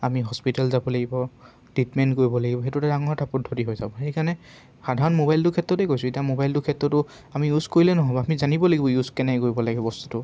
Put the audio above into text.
আমি হস্পিটেল যাব লাগিব ট্ৰিটমেণ্ট কৰিব লাগিব সেইটো এটা ডাঙৰ এটা পদ্ধতি হৈ যাব সেইকাৰণে সাধাৰণ মোবাইলটোৰ ক্ষেত্ৰতে কৈছোঁ এতিয়া মোবাইলটোৰ ক্ষেত্ৰতো আমি ইউজ কৰিলেই নহ'ব আমি জানিব লাগিব ইউজ কেনেকৈ কৰিব লাগিব বস্তুটো